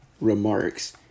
remarks